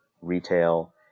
retail